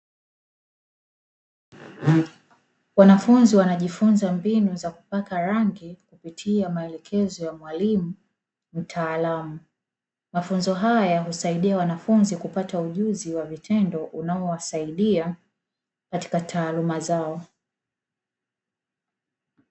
Wanafunzi wanajifunza mbinu za kupaka rangi kupitia maelekezo ya mwalimu mtaalamu, mafunzo haya huwasaidia wanafunzi kupata ujuzi wa vitendo unaowasaidia katika taaluma zao.